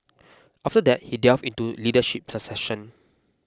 after that he delved into leadership succession